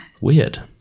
Weird